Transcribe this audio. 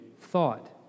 thought